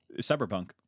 cyberpunk